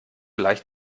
leicht